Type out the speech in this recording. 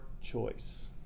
choice